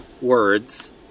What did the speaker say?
words